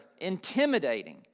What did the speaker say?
intimidating